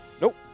Nope